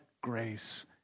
grace